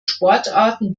sportarten